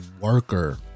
worker